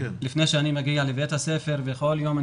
לפני שאני מגיע לבית הספר בכל יום.